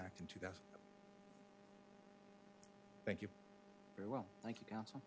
act into that thank you very well thank you counsel